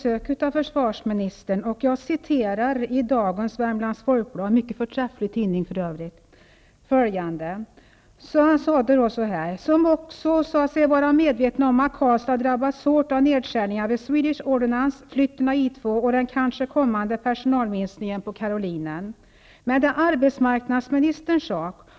Ja eller nej?